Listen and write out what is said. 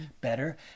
better